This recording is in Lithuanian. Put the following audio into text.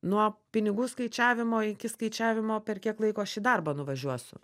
nuo pinigų skaičiavimo iki skaičiavimo per kiek laiko aš į darbą nuvažiuosiu